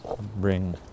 bring